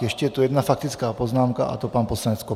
Ještě je tu jedna faktická poznámka, a to pan poslanec Kopřiva.